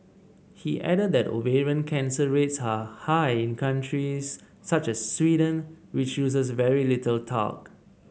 he added that ovarian cancer rates are high in countries such as Sweden which uses very little talc